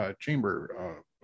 chamber